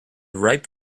ripe